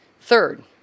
Third